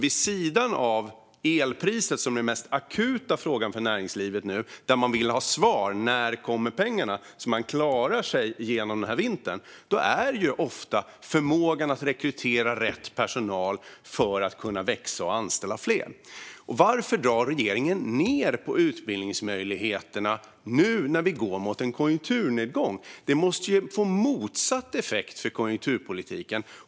Vid sidan av elpriset, som är den mest akuta frågan för näringslivet nu och där man vill ha svar på när pengarna kommer så att man klarar sig genom vintern, handlar det ofta om förmågan att rekrytera rätt personal för att kunna växa och anställa fler. Varför drar regeringen ned på utbildningsmöjligheterna nu när vi går mot en konjunkturnedgång? Det måste ju få motsatt effekt för konjunkturpolitiken.